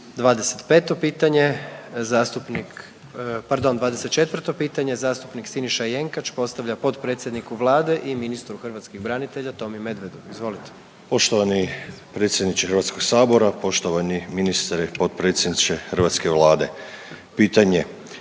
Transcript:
25. pitanje, zastupnik, pardon, 24. pitanje, zastupnik Siniša Jenkač, postavlja potpredsjedniku Vlade i ministru hrvatskih branitelja, Tomi Medvedu, izvolite. **Jenkač, Siniša (HDZ)** Poštovani predsjedniče HS-a, poštovani ministre i potpredsjedniče hrvatske Vlade. Pitanje,